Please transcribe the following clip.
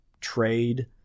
trade